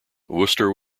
wooster